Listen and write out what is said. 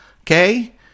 okay